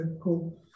Cool